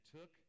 took